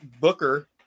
Booker